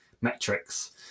metrics